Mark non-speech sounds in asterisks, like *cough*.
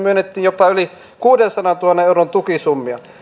*unintelligible* myönnettiin jopa yli kuudensadantuhannen euron tukisummia